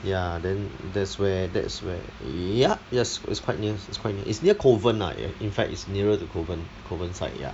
ya then that's where that's where ya yes it's quite near it's quite near it's near kovan lah in fact is nearer to kovan kovan side ya